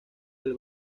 del